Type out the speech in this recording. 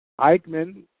Eichmann